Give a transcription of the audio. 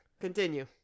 continue